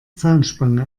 zahnspange